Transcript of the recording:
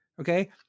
okay